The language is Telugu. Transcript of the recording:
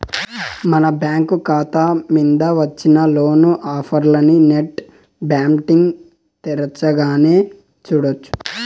మన బ్యాంకు కాతా మింద వచ్చిన లోను ఆఫర్లనీ నెట్ బ్యాంటింగ్ తెరచగానే సూడొచ్చు